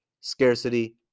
scarcity